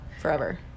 forever